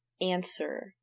answer